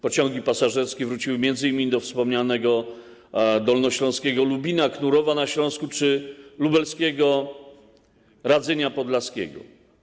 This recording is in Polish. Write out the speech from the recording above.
Pociągi pasażerskie wróciły m.in. do wspomnianego dolnośląskiego Lubina, Knurowa na Śląsku czy lubelskiego Radzynia Podlaskiego.